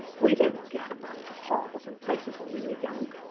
we didn't gad about to halls and places when we were young,